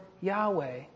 Yahweh